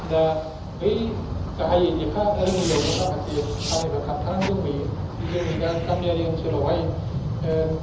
दा बै गाहायै लेखा रोंयैआवनो माखासे खामानि फोरा थाबथानानै दंबोयो जोंनि दा गामियारि ओनसोलावहाय